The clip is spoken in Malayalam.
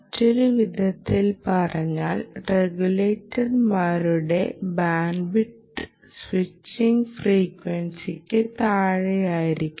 മറ്റൊരു വിധത്തിൽ പറഞ്ഞാൽ റെഗുലേറ്റർമാരുടെ ബാൻഡ്വിഡ്ത്ത് സ്വിച്ചിംഗ് ഫ്രീക്വൻസിക്ക് താഴെയായിരിക്കണം